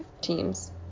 teams